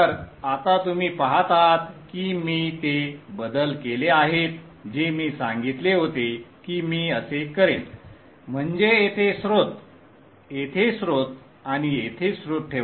तर आता तुम्ही पहात आहात की मी ते बदल केले आहेत जे मी सांगितले होते की मी असे करेन म्हणजे येथे स्त्रोत येथे स्त्रोत आणि येथे स्त्रोत ठेवा